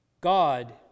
God